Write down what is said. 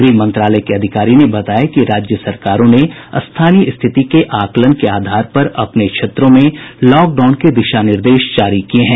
गृह मंत्रालय की अधिकारी ने बताया कि राज्य सरकारों ने स्थानीय स्थिति के आकलन के आधार पर अपने क्षेत्रों में लॉकडाउन के दिशा निर्देश जारी किये हैं